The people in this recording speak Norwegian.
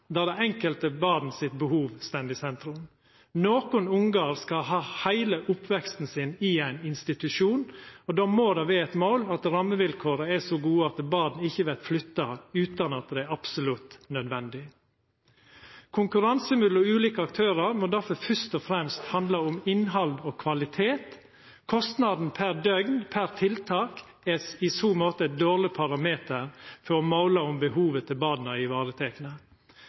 der det enkelte barns behov står i sentrum. Nokre ungar skal ha heile oppveksten sin i ein institusjon, og då må det vera eit mål at rammevilkåra er så gode at born ikkje vert flytta utan at det er absolutt nødvendig. Konkurranse mellom ulike aktørar må derfor først og fremst handla om innhald og kvalitet. Kostnaden per døgn og tiltak er i så måte ein dårleg parameter for å måla om